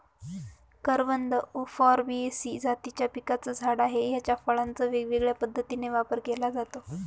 करवंद उफॉर्बियेसी जातीच्या पिकाचं झाड आहे, याच्या फळांचा वेगवेगळ्या पद्धतीने वापर केला जातो